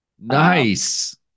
Nice